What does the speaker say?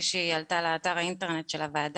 יש עוד